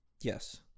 Yes